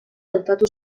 hautatu